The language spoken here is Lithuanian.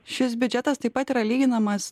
šis biudžetas taip pat yra lyginamas